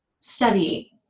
study